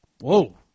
Whoa